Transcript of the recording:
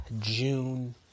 June